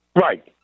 Right